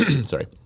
sorry